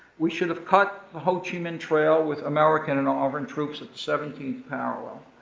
we should have cut the ho chi minh trail with american and arvn troops at the seventeenth parallel.